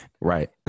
Right